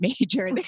major